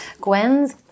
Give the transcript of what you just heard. Gwen's